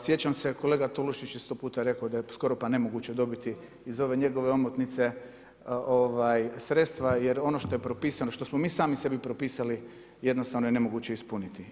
Sjećam se kolega Tolušić je često puta rekao da je skoro pa nemoguće dobiti iz njegove omotnice sredstva jer ono što je propisano što smo mi sami sebi propisali jednostavno je nemoguće ispuniti.